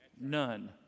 None